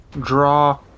draw